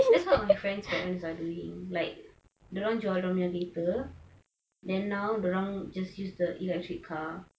that's what my friends' parents are doing like dorang join dorang punya kereta then now dorang just use the electric car